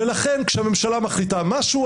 ולכן כשהממשלה מחליטה משהו,